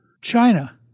China